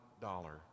dollar